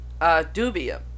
dubium